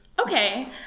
Okay